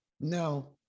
No